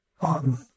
on